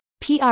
PR